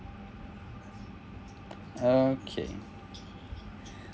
okay